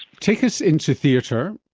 take us into theatre,